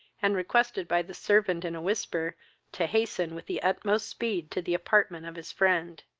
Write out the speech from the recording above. and requested by the servant in a whisper to hasten with the utmost speed to the apartment of his friend.